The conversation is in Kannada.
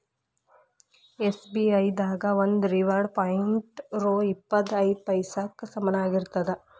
ಎಸ್.ಬಿ.ಐ ದಾಗ ಒಂದು ರಿವಾರ್ಡ್ ಪಾಯಿಂಟ್ ರೊ ಇಪ್ಪತ್ ಐದ ಪೈಸಾಕ್ಕ ಸಮನಾಗಿರ್ತದ